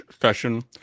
session